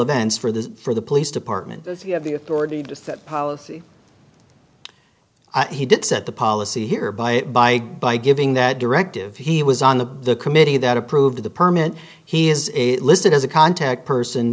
events for the for the police department you have the authority to set policy he didn't set the policy here by by by giving that directive he was on the committee that approved the permit he is listed as a contact person